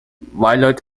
violet